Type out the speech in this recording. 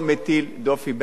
יש עמותות נהדרות,